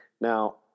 Now